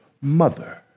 mother